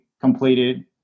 completed